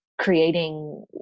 creating